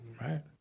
right